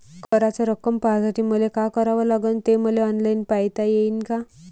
कराच रक्कम पाहासाठी मले का करावं लागन, ते मले ऑनलाईन पायता येईन का?